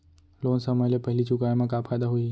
Loan समय ले पहिली चुकाए मा का फायदा होही?